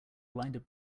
blinded